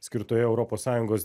skirtoje europos sąjungos